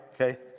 Okay